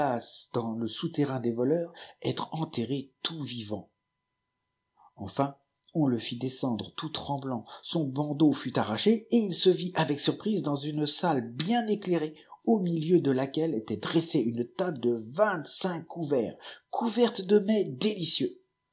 dans le souterrain des voleurs être enterré tout vivant enfin on le fit descendre tout tremblant son bandeau fut arraché et il se vit avec surprise dans une salle bien éclairée au milieu de laquelle était dressée une table de vingt-cinq couverts couverte de mets délicieux